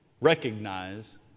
recognize